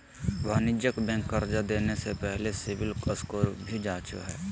वाणिज्यिक बैंक कर्जा देने से पहले सिविल स्कोर भी जांचो हइ